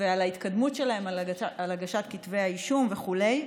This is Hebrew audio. ועל ההתקדמות שלהן, על הגשת כתבי האישום וכו'.